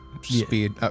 speed